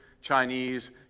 Chinese